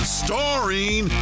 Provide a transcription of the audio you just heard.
starring